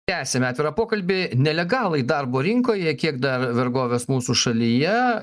tęsiame atvirą pokalbį nelegalai darbo rinkoj kiek dar vergovės mūsų šalyje